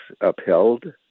upheld